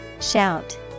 Shout